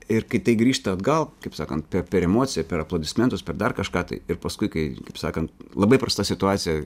ir kai tai grįžta atgal kaip sakant pe per emociją per aplodismentus per dar kažką tai ir paskui kai kaip sakant labai prasta situacija